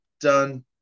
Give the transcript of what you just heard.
Done